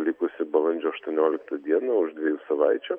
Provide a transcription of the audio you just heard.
likusi balandžio aštuoniolikta diena už dviejų savaičių